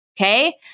Okay